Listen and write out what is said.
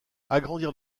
agrandir